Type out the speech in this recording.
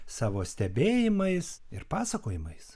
savo stebėjimais ir pasakojimais